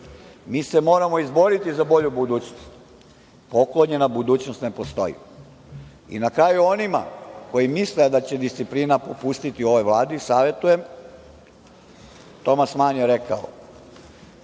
Mi se moramo izboriti za bolju budućnost. Poklonjena budućnost ne postoji.I na kraju, onima koji misle da će disciplina popustiti ovoj Vladi, savetujem, Tomas Man je rekao